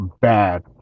bad